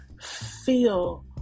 feel